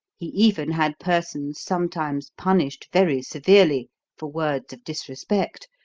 he even had persons sometimes punished very severely for words of disrespect,